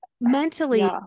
mentally